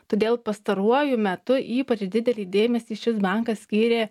todėl pastaruoju metu ypač didelį dėmesį šis bankas skyrė